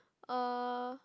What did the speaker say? uh